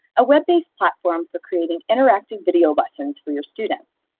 a web-based platform for creating interactive video lessons for your students.